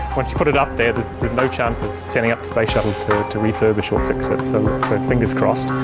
once you put it up there, there's no chance of sending up the space shuttle to to refurbish or fix it, so fingers crossed.